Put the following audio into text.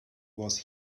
was